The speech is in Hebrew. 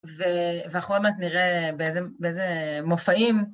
ואנחנו עוד מעט נראה באיזה באיזה מופעים.